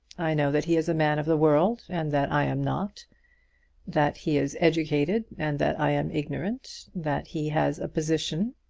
i know that he is a man of the world, and that i am not that he is educated, and that i am ignorant that he has a position,